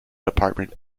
department